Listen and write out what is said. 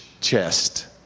chest